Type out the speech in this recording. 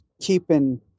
keeping